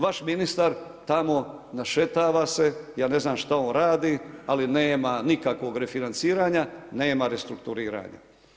Vaš ministar tamo našetava se, ja ne znam šta on radi, ali nema nikakvog refinanciranja, nema restrukturiranja.